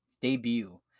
debut